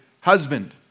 husband